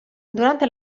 durante